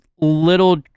little